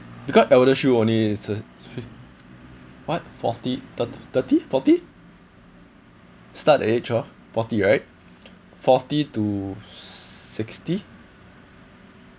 because eldershield only s~ fifth what forty thirty thirty forty start at age of forty right forty to sixty